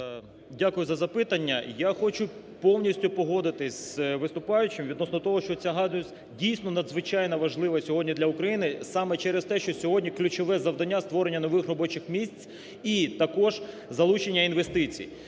Дякую за запитання. Я хочу повністю погодитись з виступаючим відносно того, що ця галузь, дійсно, надзвичайно важлива для України саме через те, що сьогодні ключове завдання – створення нових робочих місць і також залучення інвестицій.